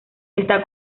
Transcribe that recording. está